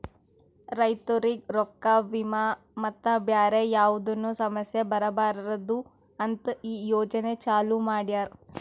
ರೈತುರಿಗ್ ರೊಕ್ಕಾ, ವಿಮಾ ಮತ್ತ ಬ್ಯಾರೆ ಯಾವದ್ನು ಸಮಸ್ಯ ಬರಬಾರದು ಅಂತ್ ಈ ಯೋಜನೆ ಚಾಲೂ ಮಾಡ್ಯಾರ್